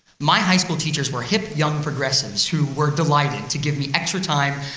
my high school teachers were hip, young progressives who were delighted to give me extra time,